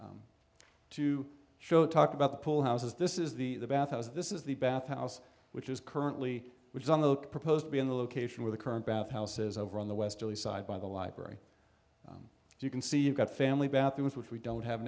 to show talk about the pool houses this is the bath house this is the bath house which is currently which is on the proposed to be in the location where the current bath houses over on the westerly side by the library you can see you've got family bathrooms which we don't have